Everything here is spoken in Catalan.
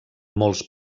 molts